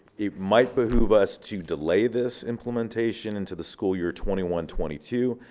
it might behoove us to delay this implementation into the school year twenty one, twenty two,